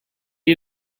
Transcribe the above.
you